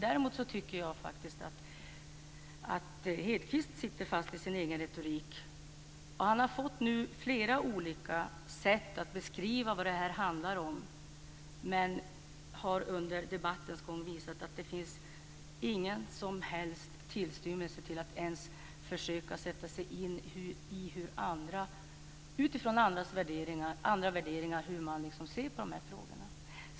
Däremot tycker jag faktiskt att Hedquist sitter fast i sin egen retorik. Han har fått flera olika sätt att beskriva vad det här handlar om. Men han har under debattens gång visat att det inte finns någon som helst tillstymmelse till att försöka sätta sig in i hur andra, utifrån andra värderingar, ser på de här frågorna.